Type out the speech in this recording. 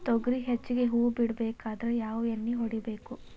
ತೊಗರಿ ಹೆಚ್ಚಿಗಿ ಹೂವ ಬಿಡಬೇಕಾದ್ರ ಯಾವ ಎಣ್ಣಿ ಹೊಡಿಬೇಕು?